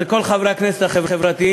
אז לכל חברי הכנסת החברתיים